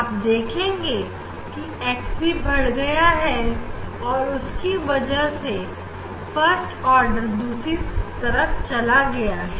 आप देखेंगे कि एक्स भी बढ़ गया है और उसकी वजह से यह आर्डर दूसरी और जा रहा है